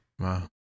Wow